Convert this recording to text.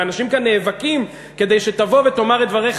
ואנשים כאן נאבקים כדי שתבוא ותאמר את דבריך,